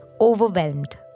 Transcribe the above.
overwhelmed